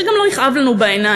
שגם לא יכאב לנו בעיניים